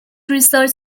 research